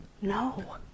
no